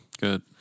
Good